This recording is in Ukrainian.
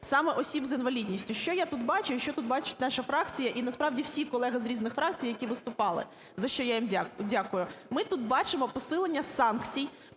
саме осіб з інвалідністю. Що я тут бачу і що тут бачить наша фракція і насправді всі колеги з різних фракцій, які виступали, за що я їм дякую. Ми тут бачимо посилення санкцій,